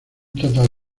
total